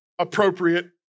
Appropriate